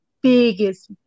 biggest